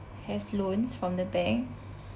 has loans from the bank